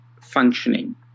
functioning